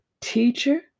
Teacher